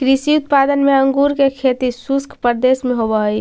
कृषि उत्पाद में अंगूर के खेती शुष्क प्रदेश में होवऽ हइ